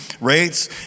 rates